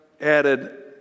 added